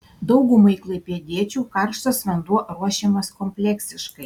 daugumai klaipėdiečių karštas vanduo ruošiamas kompleksiškai